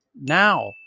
now